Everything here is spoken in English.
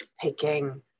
picking